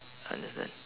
understand